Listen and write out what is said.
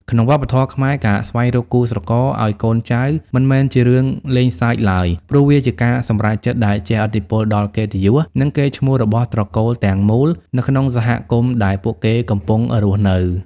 ក្នុងវប្បធម៌ខ្មែរ ការស្វែងរកគូស្រករឱ្យកូនចៅមិនមែនជារឿងលេងសើចឡើយ ព្រោះវាជាការសម្រេចចិត្តដែលជះឥទ្ធិពលដល់កិត្តិយស និងកេរ្តិ៍ឈ្មោះរបស់ត្រកូលទាំងមូលនៅក្នុងសហគមន៍ដែលពួកគេកំពុងរស់នៅ។